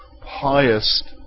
pious